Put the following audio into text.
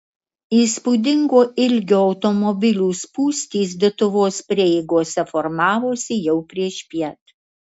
įspūdingo ilgio automobilių spūstys dituvos prieigose formavosi jau priešpiet